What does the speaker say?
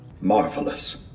Marvelous